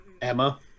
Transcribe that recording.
Emma